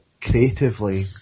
creatively